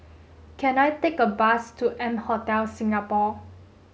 can I take a bus to M Hotel Singapore